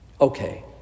okay